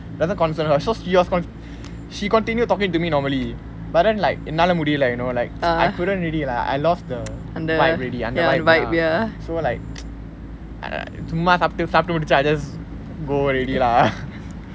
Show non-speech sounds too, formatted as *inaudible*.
doesn't concern her so she was she continued talking to me normally but then like என்னால முடியல:ennala mudiyala you know like uh I couldn't really lah I lost the அந்த:antha vibe already அந்த:antha vibe ya so like *noise* சும்மா சாப்ட்டு சாப்ட்டு முடுச்சு:summa saaptu saaptu mudichu I just go already lah *laughs*